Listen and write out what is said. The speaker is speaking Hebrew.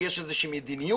מאחר שיש איזושהי מדיניות.